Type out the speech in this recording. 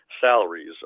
salaries